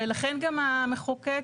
ולכן, גם המחוקק